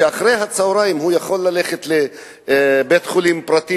אחרי-הצהריים הוא יכול ללכת לבית-חולים פרטי